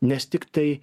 nes tiktai